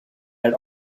had